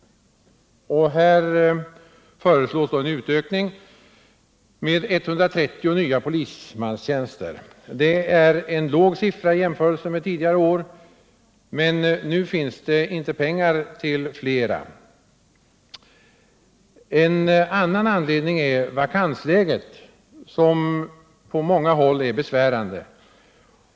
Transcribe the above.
Här föreslås en utökning med 130 nya polismanstjänster. Det är en låg siffra i jämförelse med tidigare år, men nu finns det inte pengar till flera. En annan anledning är vakansläget, som på många håll är besvärande.